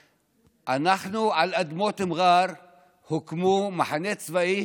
על אדמות מע'אר הוקמו מחנה צבאי